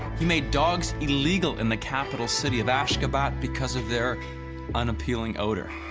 he made dogs illegal in the capital city of ashgabat because of their unappealing odor.